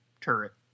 turret